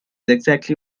exactly